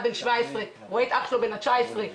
בן 17 שרואה את אח שלו בן 19 משתמש,